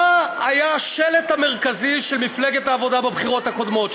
מה היה השלט המרכזי של מפלגת העבודה בבחירות הקודמות,